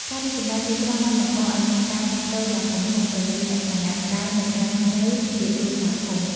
ការរីកចម្រើនទីក្រុងបានបង្កឱ្យមានការផ្លាស់ប្ដូរយ៉ាងគំហុកទៅលើលក្ខណៈដើមនៃការរស់នៅជាគ្រួសារធំ។